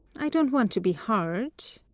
i dou't want to be hard.